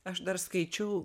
aš dar skaičiau